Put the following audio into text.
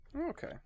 Okay